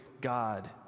God